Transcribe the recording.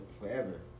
forever